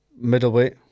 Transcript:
middleweight